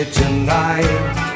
tonight